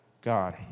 God